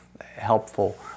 helpful